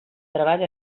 treball